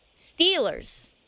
Steelers